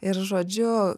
ir žodžiu